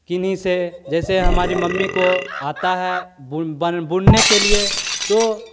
किन्हीं से जैसे हमारे मम्मी को आता है बुन बन बुनने के लिए तो